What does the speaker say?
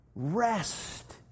Rest